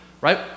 right